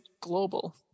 global